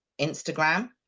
Instagram